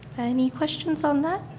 any questions on that?